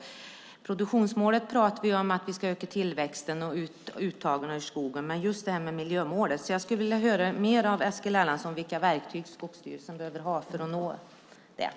När det gäller produktionsmålet talar vi om att vi ska öka tillväxten och uttagen ur skogen. Men det handlar just om miljömålet. Jag skulle vilja höra mer av Eskil Erlandsson om vilka verktyg som Skogsstyrelsen behöver ha för att nå det.